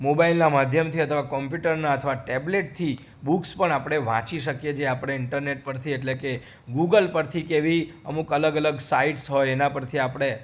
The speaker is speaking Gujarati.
મોબાઈલના માધ્યમથી અથવા કોમ્યુટરના અથવા ટેબલેટથી બુક્સ પણ આપણે વાંચી શકીએ છીએ આપણે ઈન્ટરનેટ પરથી એટલે કે ગૂગલ પરથી કે એવી અમુક અલગ અલગ સાઇટ્સ હોય એના પરથી આપણે